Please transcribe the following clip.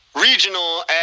Regional